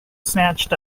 snatched